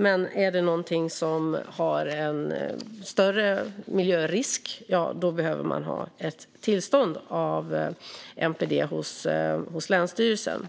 Men är det någonting som har en större miljörisk behöver man ha ett tillstånd av MPD hos länsstyrelsen.